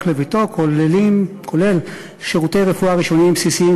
לביתו כולל שירותי רפואה ראשוניים בסיסיים,